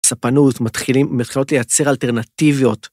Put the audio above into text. ספנות מתחילות לייצר אלטרנטיביות.